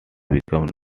became